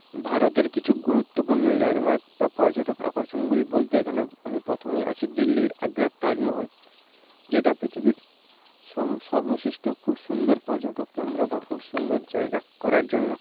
ভারতের কিছু গুরুত্বপূর্ণ ল্যান্ডমার্ক বা পর্যটক আকর্ষণগুলি বলতে এখানে আমি প্রথমেই আসি দিল্লির আগ্রার তাজমহল যেটা পৃথিবীর সব সর্বশ্রেষ্ঠ খুব সুন্দর পর্যটক কেন্দ্র বা খুব সুন্দর জায়গা ঘোরার জন্য